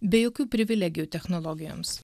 be jokių privilegijų technologijoms